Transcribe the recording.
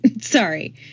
sorry